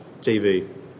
TV